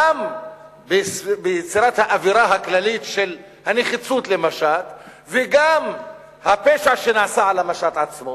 גם ביצירת האווירה הכללית של נחיצות המשט וגם הפשע שנעשה על המשט עצמו,